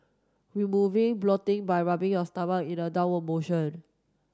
removing bloating by rubbing your stomach in a downward motion